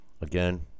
Again